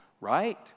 right